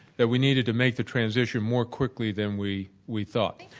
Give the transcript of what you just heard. that we needed to make the transition more quickly than we we thought.